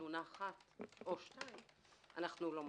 אנחנו אומרים שכשיש תלונה או שתיים אנחנו לא מוציאים,